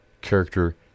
character